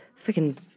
freaking